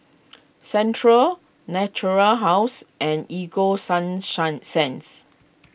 Centrum Natura House and Ego sunshine cents